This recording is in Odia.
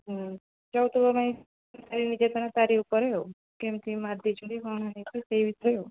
ହୁଁ ଯାଉଥିବ କାଇଁ ଉପରେ ଆଉ କେମିତି ମାରିଦେଇଛନ୍ତି କ'ଣ ହେଇଛି ସେଇ ବିଷୟରେ ଆଉ